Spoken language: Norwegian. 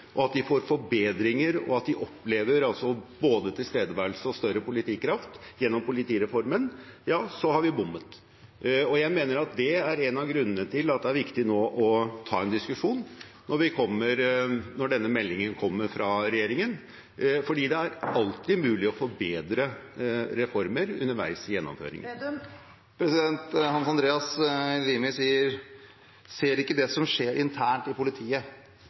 er trygge og får forbedringer, og ikke opplever både tilstedeværelse og større politikraft gjennom politireformen, så har vi bommet. Jeg mener det er en av grunnene til at det er viktig å ta en diskusjon nå når denne meldingen kommer fra regjeringen, fordi det alltid er mulig å forbedre reformer underveis i gjennomføringen. Hans Andreas Limi sier at man ikke ser det som skjer internt i politiet,